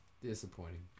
Disappointing